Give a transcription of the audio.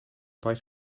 right